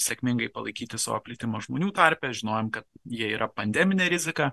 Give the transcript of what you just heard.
sėkmingai palaikyti savo plitimą žmonių tarpe žinojom kad jie yra pandeminė rizika